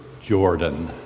Jordan